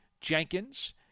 Jenkins